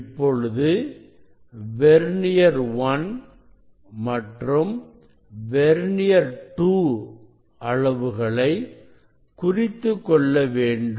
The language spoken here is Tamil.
இப்பொழுது வெர்னியர் 1 மற்றும் வெர்னியர் 2 அளவுகளை குறித்துக்கொள்ள வேண்டும்